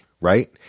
right